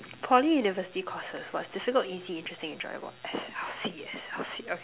Poly university courses !wah! this one not easy interesting or enjoyable [what] okay